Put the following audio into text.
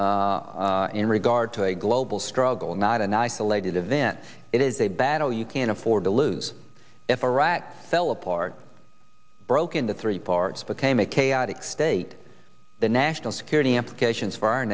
in regard to a global struggle is not an isolated event it is a battle you can't afford to lose if iraq fell apart broke into three parts became a chaotic state the national security implications for our